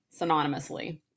synonymously